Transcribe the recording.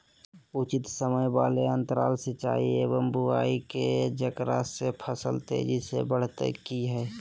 उचित समय वाले अंतराल सिंचाई एवं बुआई के जेकरा से फसल तेजी से बढ़तै कि हेय?